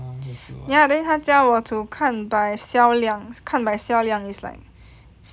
ya then 她教我 to 看 by 销量看 by 销量 is like sales